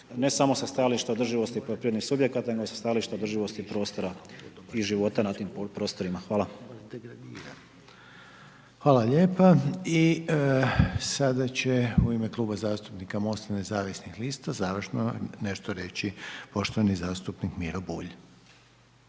ne samo sa stajališta održivosti poljoprivrednih subjekata nego sa stajališta održivosti prostora i života na tim prostorima. Hvala. **Reiner, Željko (HDZ)** Hvala lijepa. I sada će u ime Kluba zastupnika MOST-a nezavisnih lista, završno nešto reći poštovani zastupnik Miro Bulj.